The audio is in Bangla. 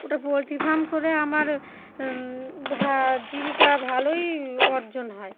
ওটা পোলট্রি ফার্ম করে আমার ভা জীবিকা ভালোই অর্জন হয়